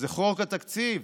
זה חוק התקציב.